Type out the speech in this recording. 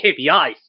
KPIs